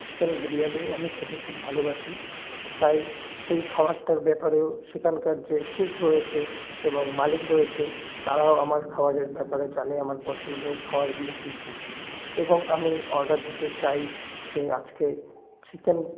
chicken biryani আমি খেতে খুব ভালোবাসি তাই সেই খাবারটার ব্যাপারেও সেখানকার যে কুক রয়েছে এবং মালিক রয়েছে তারাও আমার খাবারের ব্যাপারে জানে আমার পছন্দর খাবারগুলি কী কী এবং আমি অর্ডার দিতে চাই যে আজকে চিকেন